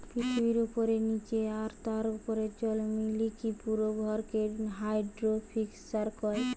পৃথিবীর উপরে, নীচে আর তার উপরের জল মিলিকি পুরো ভরকে হাইড্রোস্ফিয়ার কয়